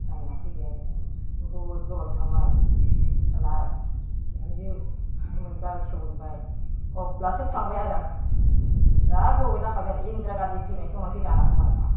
नायना फैबाय आरो जों बहुद गोबावजों थांबाय फिसाला बिहामजो मोनबाय फिसौ मोनबाय अब्लासो थांबाय आरो आं जा गोबाव जाखाबाय आरो इन्दिरा गान्धि थैनाय समावनो थैदों आंना हौवाया